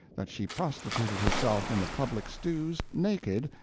that she prostituted herself in the public stews, naked,